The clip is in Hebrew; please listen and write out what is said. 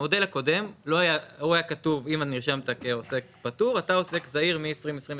במודל הקודם היה כתוב: אם נרשמת כעוסק פטור אתה עוסק זעיר מ-2028,